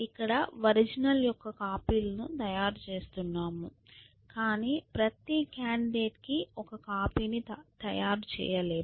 ఇక్కడ ఒరిజినల్ యొక్క కాపీలను తయారు చేస్తున్నాము కాని ప్రతి కాండిడేట్ కి ఒక కాపీని తయారు చేయలేము